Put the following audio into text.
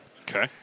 Okay